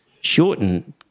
Shorten